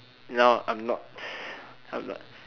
no I'm not I'm not